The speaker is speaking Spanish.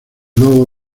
logo